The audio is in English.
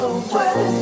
away